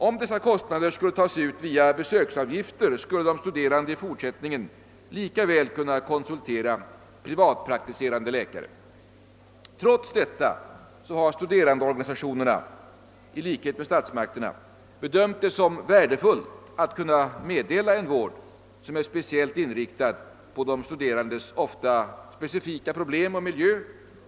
Om dessa kostnader skulle tas ut i form av besöksavgifter, skulle de studerande i fortsättningen lika väl kunna konsultera privatpraktiserande läkare. Trots detta har studerandeorganisationerna i likhet med statsmakterna bedömt det som värdefullt att kunna meddela en vård som är speciellt inriktad på de studerandes ofta specifika problem och miljö.